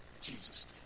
Jesus